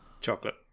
Chocolate